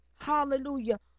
Hallelujah